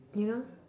you know